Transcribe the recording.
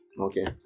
Okay